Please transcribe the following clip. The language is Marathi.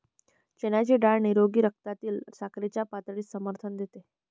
चण्याची डाळ निरोगी रक्तातील साखरेच्या पातळीस समर्थन देते